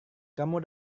kamu